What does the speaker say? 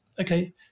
okay